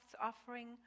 offering